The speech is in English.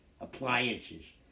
appliances